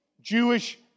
Jewish